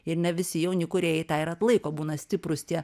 ir ne visi jauni kūrėjai tą ir atlaiko būna stiprūs tie